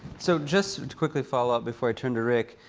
so just to quickly follow up before i turn to rick,